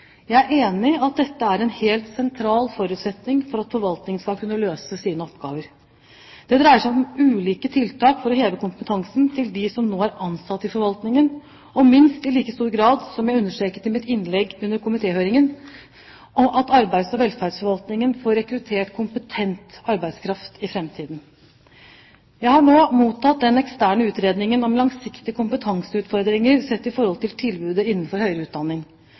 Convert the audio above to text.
Jeg er enig i at dette er en helt sentral forutsetning for at forvaltningen skal kunne løse sine oppgaver. Det dreier seg om ulike tiltak for å heve kompetansen til dem som nå er ansatt i forvaltningen, og minst i like stor grad, som jeg understreket i mitt innlegg under komitéhøringen, at arbeids- og velferdsforvaltningen får rekruttert kompetent arbeidskraft i framtiden. Jeg har nå mottatt den eksterne utredningen om langsiktige kompetanseutfordringer sett i forhold til tilbudet innenfor høyere utdanning.